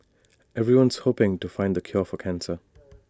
everyone's hoping to find the cure for cancer